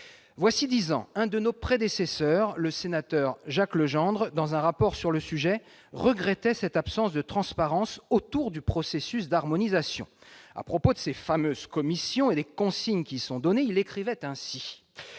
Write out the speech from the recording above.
Voilà dix ans, l'un de nos prédécesseurs, le sénateur Jacques Legendre, dans un rapport sur le sujet, regrettait cette absence de transparence autour du processus d'harmonisation. À propos de ces fameuses commissions et des consignes qui y sont données, il écrivait ainsi